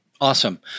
Awesome